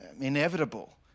inevitable